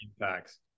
impacts